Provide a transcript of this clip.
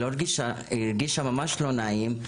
היא הרגישה ממש לא נעים,